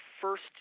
first